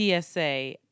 PSA